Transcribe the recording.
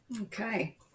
Okay